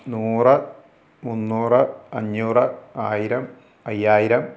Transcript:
നൂറ് മൂന്നൂറ് അഞ്ഞൂറ് ആയിരം അയ്യായിരം